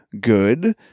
good